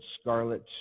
scarlet